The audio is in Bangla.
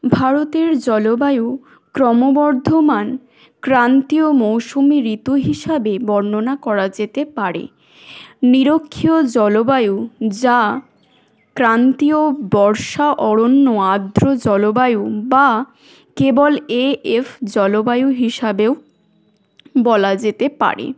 ভারতের জলবায়ু ক্রমবর্ধমান ক্রান্তীয় মৌসুমি ঋতু হিসাবে বর্ণনা করা যেতে পারে নিরক্ষীয় জলবায়ু যা ক্রান্তীয় বর্ষা অরণ্য আর্দ্র জলবায়ু বা কেবল এএফ জলবায়ু হিসাবেও বলা যেতে পারে